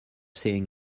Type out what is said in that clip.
seeing